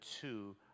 two